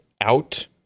out